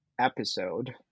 episode